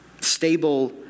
Stable